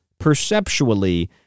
perceptually